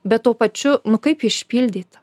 bet tuo pačiu nu kaip jį išpildyt